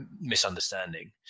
misunderstanding